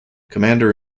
commander